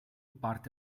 parte